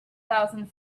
thousand